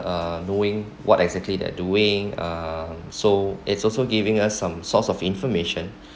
uh knowing what exactly they're doing um so it's also giving us some source of information